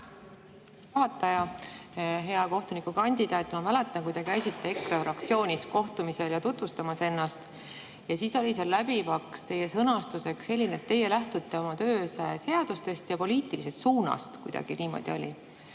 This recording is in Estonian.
juhataja! Hea kohtunikukandidaat! Ma mäletan, kui te käisite EKRE fraktsioonis kohtumisel ja tutvustamas ennast, siis oli seal teie sõnastuses läbiv [põhimõte], et teie lähtute oma töös seadustest ja poliitilisest suunast. Kuidagi niimoodi oli.